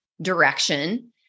direction